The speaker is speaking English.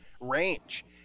range